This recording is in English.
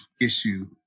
issue